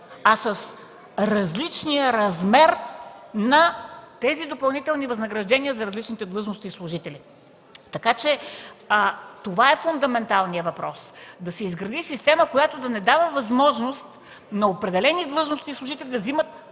а с различния размер на тези допълнителни възнаграждения за различните длъжности и служители. Така че това е фундаменталният въпрос – да се изгради система, която да не дава възможност на определени длъжности и служители да взимат